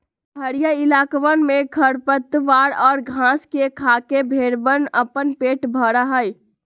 पहड़ीया इलाकवन में खरपतवार और घास के खाके भेंड़वन अपन पेट भरा हई